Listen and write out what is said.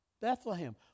Bethlehem